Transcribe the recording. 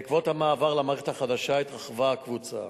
בעקבות המעבר למערכת החדשה התרחבה הקבוצה